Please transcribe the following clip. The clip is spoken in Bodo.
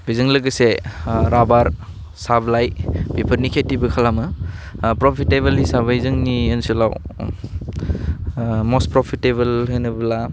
बेजों लोगोसे राबार साब्लाइ बेफोरनि खेथिबो खालामो प्रफिटेबोल हिसाबै जोंनि ओनसोलाव मस्ट प्रफिटेबोल होनोब्ला